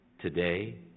today